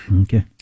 Okay